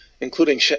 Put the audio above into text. including